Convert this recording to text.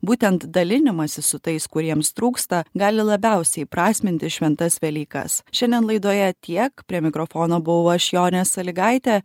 būtent dalinimasis su tais kuriems trūksta gali labiausiai įprasminti šventas velykas šiandien laidoje tiek prie mikrofono buvau aš jonė salygaitė